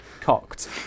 cocked